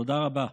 תודה רבה.